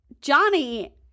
Johnny